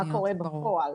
מה קורה בפועל.